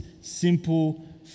simple